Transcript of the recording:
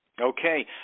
Okay